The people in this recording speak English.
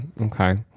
Okay